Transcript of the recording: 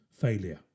failure